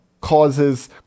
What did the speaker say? causes